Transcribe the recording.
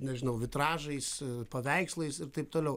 nežinau vitražais paveikslais ir taip toliau